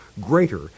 greater